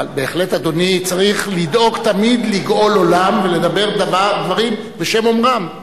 אבל בהחלט אדוני צריך לדאוג תמיד לגאול עולם ולדבר דברים בשם אומרם,